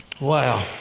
Wow